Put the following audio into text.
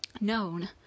known